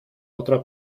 otra